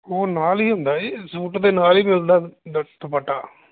ਉਹ ਨਾਲ ਹੀ ਹੁੰਦਾ ਜੀ ਸੂਟ ਦੇ ਨਾਲ ਹੀ ਮਿਲਦਾ ਦ ਦੁਪੱਟਾ